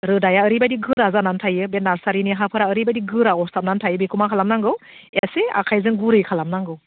रोदाया ओरैबायदि गोरा जानानै थायो बे नार्सारिनि हाफोरा ओरैबायदि गोरा अर्थाबनानै थायो बेखौ मा खालामनांगौ एसे आखाइजों गुरै खालामनांगौ